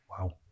Wow